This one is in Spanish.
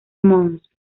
mons